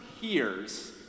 hears